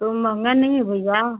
तो महँगा नहीं है भैया